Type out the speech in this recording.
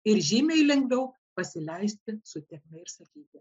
ir žymiai lengviau pasileisti su tėkme ir sakyti